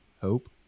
hope